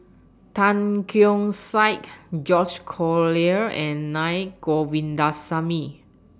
Tan Keong Saik George Collyer and Naa Govindasamy